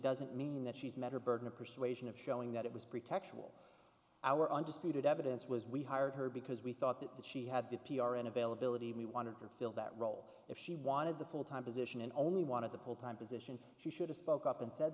doesn't mean that she's met her burden of persuasion of showing that it was pretextual our undisputed evidence was we hired her because we thought that she had good p r and availability and we wanted to fill that role if she wanted the full time position and only wanted the full time position she should have spoke up and said